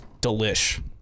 delish